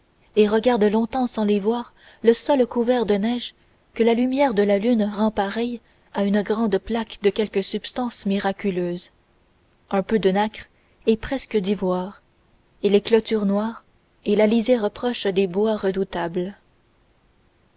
e regarde longtemps sans le voir le sol couvert de neige que la lumière de la lune rend pareil à une grande plaque de quelque substance miraculeuse un peu de nacre et presque d'ivoire et les clôtures noires et la lisière roche des bois redoutables